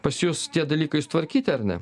pas jus tie dalykai sutvarkyti ar ne